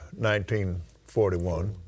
1941